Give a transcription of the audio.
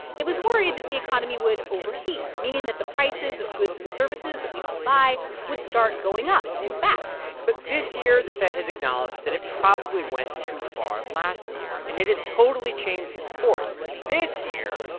it was worried that the economy would overheat, meaning that the prices of goods and services that we all buy would start going up too fast but this year, the fed has acknowledged that it probably went too far last year, and it has totally changed its course. this year,